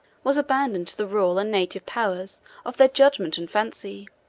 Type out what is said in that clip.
was abandoned to the rule and native powers of their judgment and fancy.